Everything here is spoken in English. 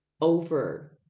over